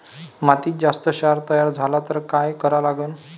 मातीत जास्त क्षार तयार झाला तर काय करा लागन?